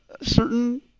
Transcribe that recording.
certain